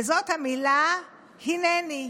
וזאת המילה "הינני".